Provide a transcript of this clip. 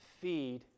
feed